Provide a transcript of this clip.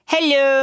Hello